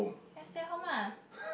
has stayed home ah